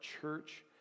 church